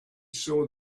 saw